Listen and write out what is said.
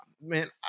man